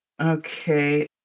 Okay